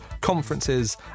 conferences